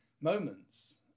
moments